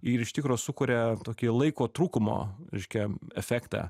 ir iš tikro sukuria tokį laiko trūkumo reiškia efektą